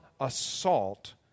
assault